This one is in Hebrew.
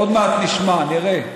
עוד מעט נשמע, נראה.